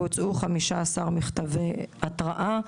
והוצאו 15 מכתבי התראה.